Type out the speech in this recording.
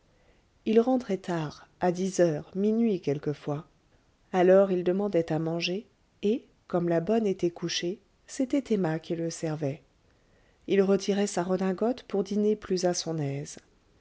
il rentrait tard à dix heures minuit quelquefois alors il demandait à manger et comme la bonne était couchée c'était emma qui le servait il retirait sa redingote pour dîner plus à son aise